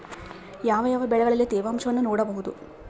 ಯಾವ ಯಾವ ಬೆಳೆಗಳಲ್ಲಿ ತೇವಾಂಶವನ್ನು ನೋಡಬಹುದು?